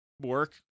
work